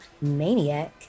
maniac